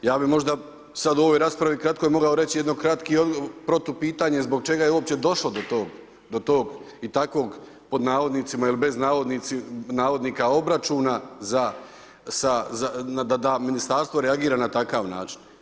Ja bi možda sad u ovoj raspravi kratko moga reći i jedno kratko protupitanje zbog čega je uopće došlo do tog i takvog pod navodnicima ili bez navodnika obračuna sa da Ministarstvo reagira na takav način.